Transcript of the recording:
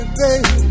baby